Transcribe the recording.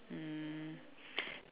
mm